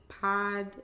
pod